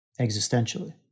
existentially